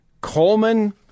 Coleman